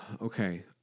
Okay